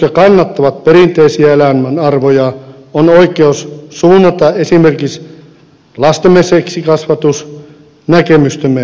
nyt meillä jotka kannatamme perinteisiä elämänarvoja on oikeus suunnata esimerkiksi lastemme seksikasvatus näkemystemme mukaisesti